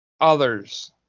others